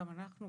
גם אנחנו,